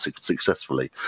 successfully